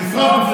לשרוף את הגופה,